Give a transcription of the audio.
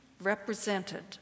represented